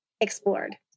explored